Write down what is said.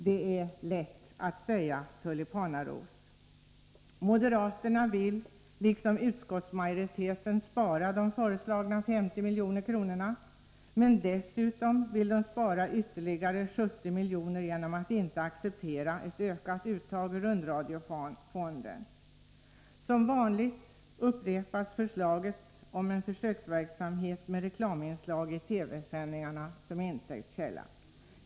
Det är lätt att säga tulipan och ros. Moderaterna vill, liksom utskottsmajoriteten, spara de föreslagna 50 miljonerna, men dessutom vill de spara ytterligare 70 miljoner genom att inte acceptera ett ökat uttag ur rundradiofonden. Som vanligt upprepas förslaget om en försöksverksamhet med reklaminslag i TV-sändningarna som intäkts källa.